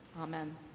Amen